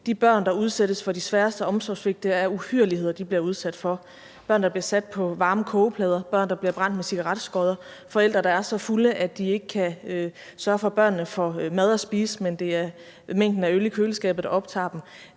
de børn, der udsættes for de sværeste omsorgssvigt, bliver udsat for uhyrligheder: Børn, der bliver sat på varme kogeplader; børn, der bliver brændt med cigaretskodder; forældre, der er så fulde, at de ikke kan sørge for, at børnene får mad at spise, fordi det er mængden af øl i køleskabet, der optager dem.